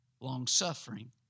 longsuffering